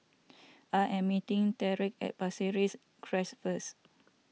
I am meeting Tyrek at Pasir Ris Crest first